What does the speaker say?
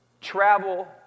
travel